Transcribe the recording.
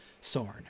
Sorn